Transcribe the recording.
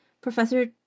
Professor